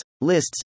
Lists